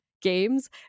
games